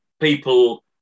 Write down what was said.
people